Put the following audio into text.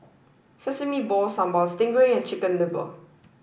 Sesame Balls Sambal Stingray and Chicken Liver